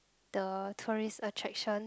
the tourist attraction